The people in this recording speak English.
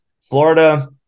Florida